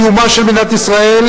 על ראשי המדינות שהגיעו לכאן,